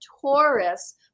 Taurus